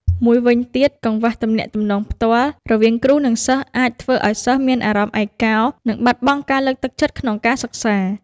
មួយវិញទៀត កង្វះទំនាក់ទំនងផ្ទាល់ រវាងគ្រូនិងសិស្សអាចធ្វើឱ្យសិស្សមានអារម្មណ៍ឯកោនិងបាត់បង់ការលើកទឹកចិត្តក្នុងការសិក្សា។